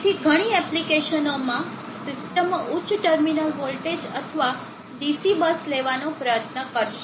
તેથી ઘણી એપ્લિકેશનોમાં સિસ્ટમો ઉચ્ચ ટર્મિનલ વોલ્ટેજ અથવા DC બસ લેવાનો પ્રયત્ન કરશે